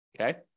okay